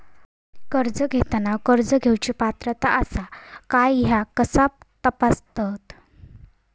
कर्ज घेताना कर्ज घेवची पात्रता आसा काय ह्या कसा तपासतात?